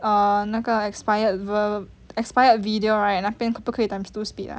err 那个 expired expired video right 那边可不可以 times two speed ah